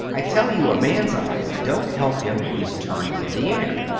i tell you a man's eyes don't help him when he's turning in the air.